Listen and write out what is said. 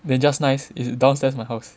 then just nice is downstairs my house